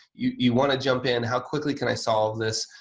you you want to jump in. how quickly can i solve this?